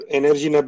energy